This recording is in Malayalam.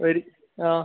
ഒരു ആ